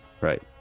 Right